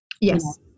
Yes